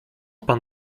pan